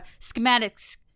schematics